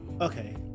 Okay